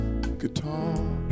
guitar